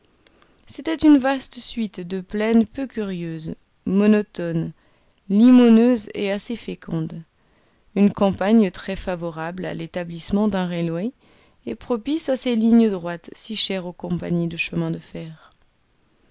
c'était une vaste suite de plaines peu curieuses monotones limoneuses et assez fécondes une campagne très favorable à l'établissement d'un railway et propice à ces lignes droites si chères aux compagnies de chemins de fer